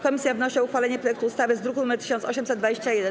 Komisja wnosi o uchwalenie projektu ustawy z druku nr 1821.